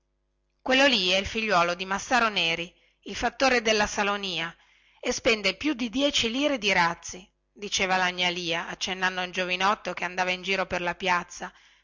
quello lì è il figliuolo di massaro neri il fattore della salonia e spende più di dieci lire di razzi diceva la gnà lia accennando a un giovinotto che andava in giro per la piazza